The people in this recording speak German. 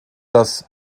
das